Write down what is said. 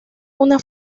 una